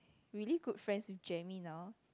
really good friends with Jamie now